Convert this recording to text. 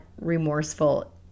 remorseful